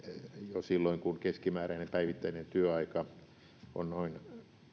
silloin kun keskimääräinen päivittäinen työmatka on noin